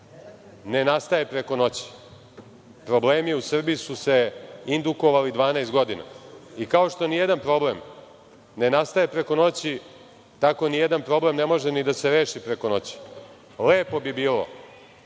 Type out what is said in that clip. ne nastaje preko noći. Problemi u Srbiji su se indukovali 12 godina i kao što nijedan problem ne nastaje preko noći, tako nijedan problem ne može ni da se reši preko noći. Lepo bi bilo